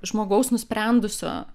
žmogaus nusprendusio